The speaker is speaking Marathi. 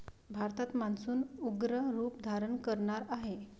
भारतात मान्सून उग्र रूप धारण करणार आहे